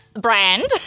brand